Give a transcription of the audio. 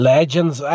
Legends